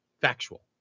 factual